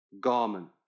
garment